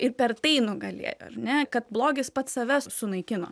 ir per tai nugalėjo ar ne kad blogis pats save sunaikino